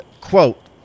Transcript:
quote